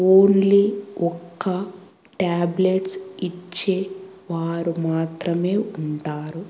only ఒక tablets ఇచ్చే వారు మాత్రమే ఉంటారు